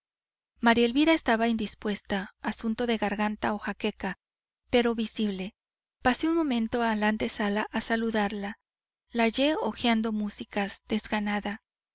maría elvira estaba indispuesta asunto de garganta o jaqueca pero visible pasé un momento a la antesala a saludarla la hallé hojeando músicas desganada